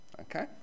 Okay